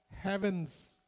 heaven's